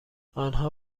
آنها